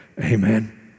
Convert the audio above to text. Amen